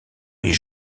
est